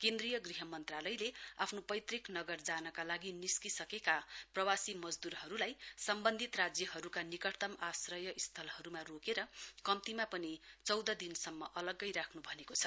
केन्द्रीय गृह मन्त्रालयले आफ्नो पैतृक नगर जानका लागि निस्कि सकेका प्रवासी मजदूरहरुलाई सम्वन्धित राज्यहरुका निकटतम आश्रय स्थलहरुमा रोके र कम्तीमा पनि चौध दिनसम्म अलग्गै राख्न भनेको छ